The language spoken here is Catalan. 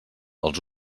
els